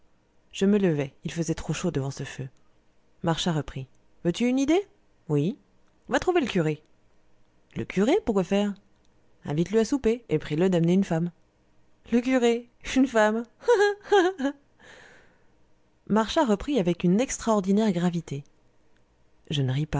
je me levai il faisait trop chaud devant ce feu marchas reprit veux-tu une idée oui va trouver le curé le curé pourquoi faire